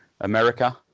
America